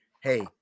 Hey